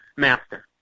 Master